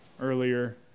earlier